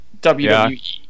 WWE